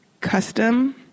custom